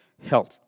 health